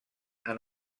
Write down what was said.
han